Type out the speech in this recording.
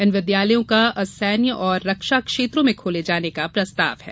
इन विद्यालयों का असैन्य और रक्षा क्षेत्रों में खोले जाने का प्रस्ताव है